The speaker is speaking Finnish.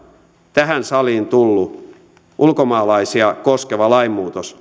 tähän saliin tullut ulkomaalaisia koskeva lainmuutos